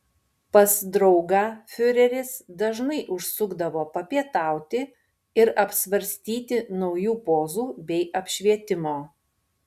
pas draugą fiureris dažnai užsukdavo papietauti ir apsvarstyti naujų pozų bei apšvietimo